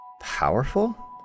powerful